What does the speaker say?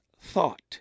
thought